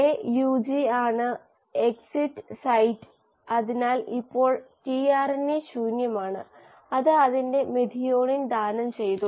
AUG ആണ് exit site അതിനാൽ ഇപ്പോൾ tRNA ശൂന്യമാണ് അത് അതിന്റെ മെഥിയോണിൻ ദാനം ചെയ്തു